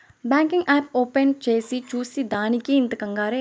banking app open చేసి చూసే దానికి ఇంత కంగారే